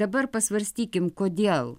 dabar pasvarstykime kodėl